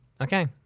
Okay